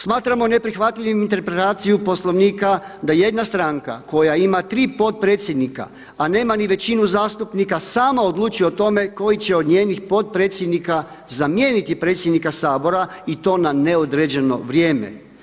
Smatramo neprihvatljivim interpretaciju Poslovnika da jedna stranka koja ima 3 potpredsjednika a nema ni većinu zastupnika sama odlučuje o tome koji će o njenih potpredsjednika zamijeniti predsjednika Sabora i to na neodređeno vrijeme.